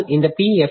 F